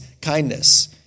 kindness